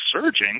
surging